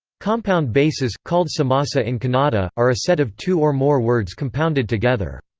compound bases, called samasa in kannada, are a set of two or more words compounded together.